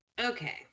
Okay